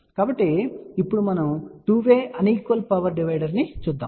కాబట్టి ఇప్పుడు మనం 2 వే అన్ఈక్వల్ పవర్ డివైడర్ ను చూద్దాం సరే